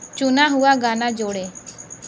चुना हुआ गाना जोड़ें